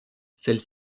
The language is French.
celles